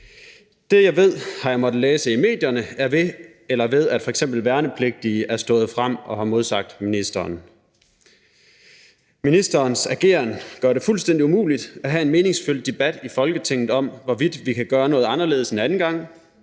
Det, jeg ved, har jeg måttet læse i medierne, eller ved at f.eks. værnepligtige er stået frem og har modsagt ministeren. Ministerens ageren gør det fuldstændig umuligt at have en meningsfyldt debat i Folketinget om, hvorvidt vi kan gøre noget anderledes en anden gang.